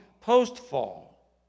post-fall